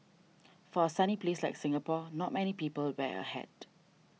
for a sunny place like Singapore not many people wear a hat